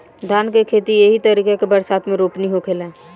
धान के खेती एही तरीका के बरसात मे रोपनी होखेला